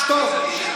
שתוק.